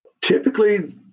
Typically